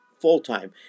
full-time